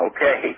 Okay